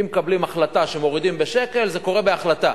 אם מקבלים החלטה שמורידים בשקל, זה קורה בהחלטה.